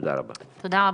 תודה רבה לך,